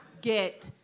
get